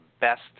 best –